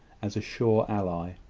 as a sure ally.